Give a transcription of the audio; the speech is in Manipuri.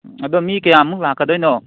ꯑꯗꯣ ꯃꯤ ꯀꯌꯥꯃꯨꯛ ꯂꯥꯛꯀꯗꯣꯏꯅꯣ